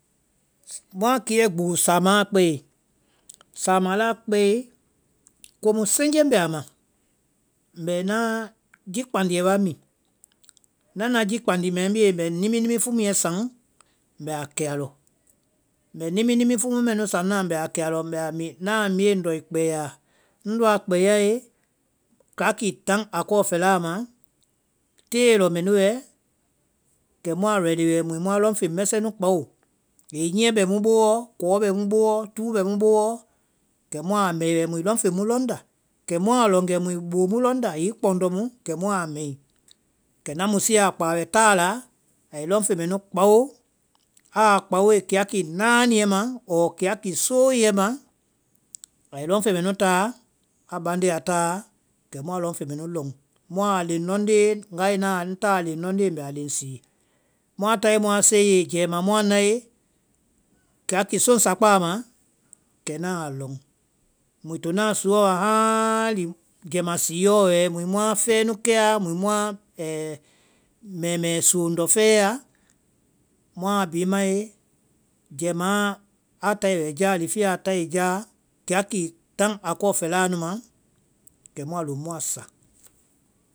Muã kie gbúu samaã a kɛe, samaã la kpɛe komu senje mbɛ a ma, mbɛ naã jikpándiɛ mi. Na na jikpándi mɛɛ mie mbɛ naã nimini fumuɛ saŋ mbɛ a kɛ a lɔ. Mbɛ nimini fumu mɛ nu saŋ naã mbɛ a kɛ a lɔ mbɛ a mi, na a mie ŋ lɔi kpɛyaa. Ŋ ndɔ a kpɛyae, kiaki taŋ a kɔ fɛlaa ma, tée lɔ mɛ nu wɛɛ, kɛ muã really wɛ muĩ muã lɔŋ feŋɛ mɛsɛ nu kpao. Hiŋi nyíɛ bɛ mu boowɔ, kɔɔ bɛ mu boowɔ, túu bɛ mu boowɔ, kɛ muã mɛi wɛ muĩ lɔŋfeŋ mu lɔŋ nda, kɛ muã lɔŋ wɛ muĩ bóó mu lɔŋ nda, hińi kpɔndɔ mu, kɛ muã mɛi. Kɛ na musuɛ a kpáa wa taa la, ai lɔŋfeŋ mɛnu kpao, aa kpaoe kiaki náaniɛ ma ɔɔ kiaki soouɛ ma, ai lɔŋfeŋ mɛnu taa, a bande a táa kɛ muã lɔŋfeŋ mɛnu lɔŋ. Muã a léŋ lɔŋnde, ŋgae ŋ taa léŋ lɔŋnde mbɛ a léŋ sii. Muã tae muã sɛie jɛma muã nae kiaki soŋsakpáa ma. kɛ na a lɔŋ, muĩ tona suɔ wa haã lii jɛma siɛɔ wɛ muĩ muã fɛɛ nu kɛa, muĩ muã mɛɛmɛɛ soŋ lɔ fɛɛa, muã bhii mae, jɛmaã a tae wɛ jáa, lifiɛ a tae jáa, klaki taŋ a kɔ fɛlaa nu ma kɛ muã loŋ muã sa.